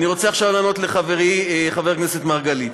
אני רוצה לענות עכשיו לחברי חבר הכנסת מרגלית.